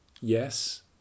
yes